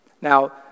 Now